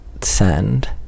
send